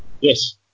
Yes